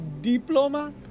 diploma